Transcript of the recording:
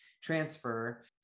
transfer